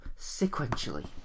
sequentially